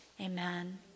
amen